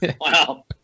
Wow